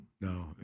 no